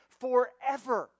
forever